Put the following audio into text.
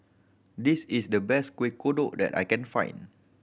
this is the best Kuih Kodok that I can find